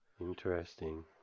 Interesting